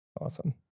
Awesome